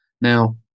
Now